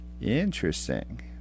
Interesting